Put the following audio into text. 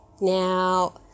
Now